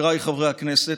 חבריי חברי הכנסת,